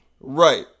Right